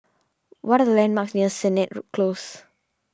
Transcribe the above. what are the landmarks near Sennett Close